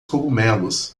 cogumelos